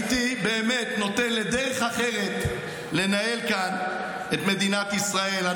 הייתי באמת נותן לדרך אחרת לנהל כאן את מדינת ישראל.